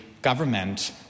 Government